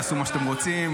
תעשו מה שאתם רוצים.